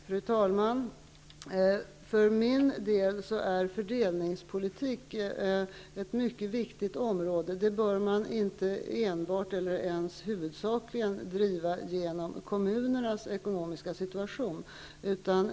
Fru talman! För mig är fördelningspolitik ett mycket viktigt område. Den bör man inte enbart eller ens huvudsakligen bedriva via kommunernas ekonomiska situation.